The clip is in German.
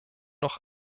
noch